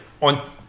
on